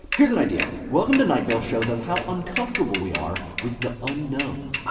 here's an idea welcome to night vale shows us how uncomfortable we are with the unknown.